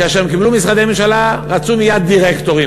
כאשר הם קיבלו משרדי ממשלה, רצו מייד דירקטורים.